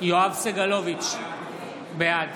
סגלוביץ' בעד